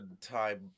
time